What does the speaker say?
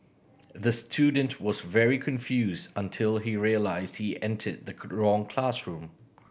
the student was very confused until he realised he entered the wrong classroom